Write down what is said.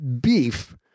beef